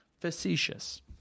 Facetious